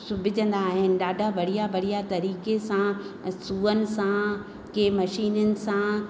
सिबजंदा आहिनि ॾाढा बढ़िया बढ़िया तरीक़े सां सुअन सां के मशीननि सां